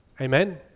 Amen